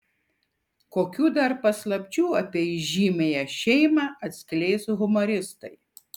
kokių dar paslapčių apie įžymiąją šeimą atskleis humoristai